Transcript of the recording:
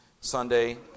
Sunday